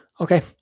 Okay